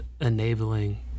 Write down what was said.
enabling